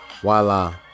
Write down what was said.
voila